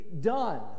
done